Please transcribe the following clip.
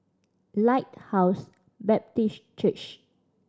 Lighthouse Baptist Church